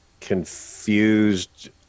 confused